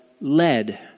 led